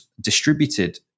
distributed